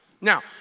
Now